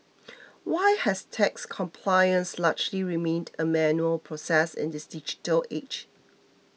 why has tax compliance largely remained a manual process in this digital age